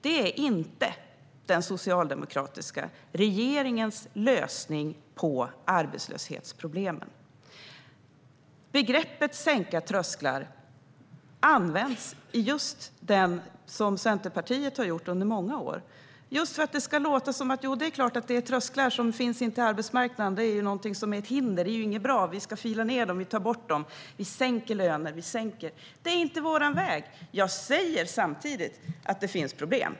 Det är inte den socialdemokratiska regeringens lösning på arbetslöshetsproblemen. Begreppet "sänka trösklar" används, som Centerpartiet har gjort under många år, för att det ska låta som att det är klart att det finns trösklar in till arbetsmarknaden. Det är någonting som är ett hinder, och det är inte bra. Vi ska fila ned dem och ta bort dem. Vi sänker löner. Det är inte vår väg. Jag säger samtidigt att det finns problem.